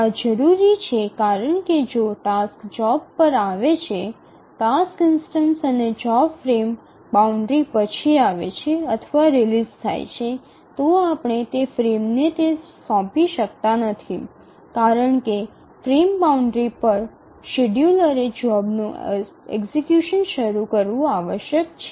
આ જરૂરી છે કારણ કે જો ટાસ્ક જોબ પર આવે છે ટાસ્ક ઇન્સ્ટનસ અને જોબ ફ્રેમ બાઉન્ડ્રી પછી આવે છે અથવા રિલીઝ થાય છે તો આપણે તે ફ્રેમને તે સોંપી શકતા નથી કારણ કે ફ્રેમ બાઉન્ડ્રી પર શેડ્યૂલરે જોબનું એક્ઝિકયુશન શરૂ કરવું આવશ્યક છે